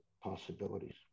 possibilities